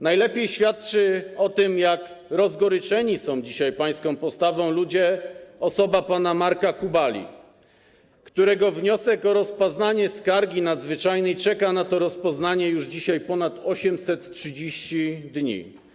Najlepiej świadczy o tym, jak rozgoryczeni są dzisiaj pańską postawą ludzie, osoba pana Marka Kubali, którego wniosek o rozpoznanie skargi nadzwyczajnej czeka na to rozpoznanie już ponad 830 dni.